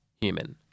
human